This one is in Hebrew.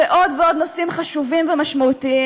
ועוד ועוד נושאים חשובים ומשמעותיים.